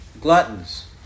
gluttons